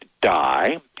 die